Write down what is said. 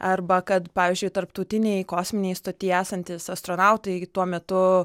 arba kad pavyzdžiui tarptautinėj kosminėj stoty esantys astronautai tuo metu